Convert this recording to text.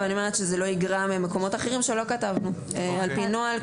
אבל אני אומרת שזה לא יגרע ממקומות אחרים שלא כתבנו על פי נוהל,